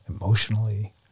emotionally